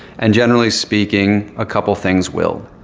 and, generally speaking, a couple of things will.